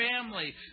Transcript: family